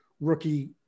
rookie